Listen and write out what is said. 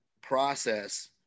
process